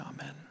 Amen